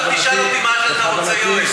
עכשיו תשאל אותי מה שאתה רוצה, יואל.